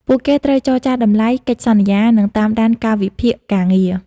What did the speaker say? ពួកគេត្រូវចរចារតម្លៃ កិច្ចសន្យា និងតាមដានកាលវិភាគការងារ។